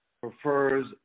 prefers